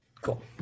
Cool